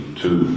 two